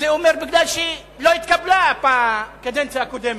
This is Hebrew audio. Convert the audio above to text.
זה אומר שזה מפני שלא התקבלה בקדנציה הקודמת.